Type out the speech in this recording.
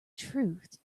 truth